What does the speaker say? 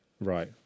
Right